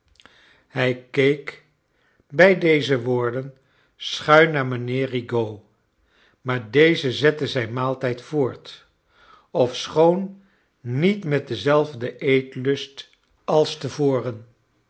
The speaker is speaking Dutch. hij keek bij dexe woorden scbuin naar mijnheer rigaud maar deze zette zijn maaltijd voort ofschoon niet met denzelfden eetlust als